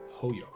Hoyo